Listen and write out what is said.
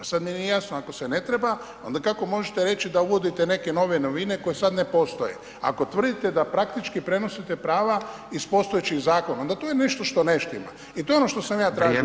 I sad meni nije jasno, ako se ne treba onda kako možete reći da uvodite neke nove novine koje sad ne postoje ako tvrdite da praktički prenosite prava iz postojećih zakona, onda to je nešto što ne štima i to je ono što sam ja tražio [[Upadica: Vrijeme, fala lijepa]] ovdje.